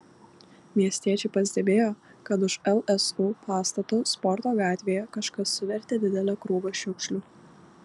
miestiečiai pastebėjo kad už lsu pastato sporto gatvėje kažkas suvertė didelę krūvą šiukšlių